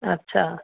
अछा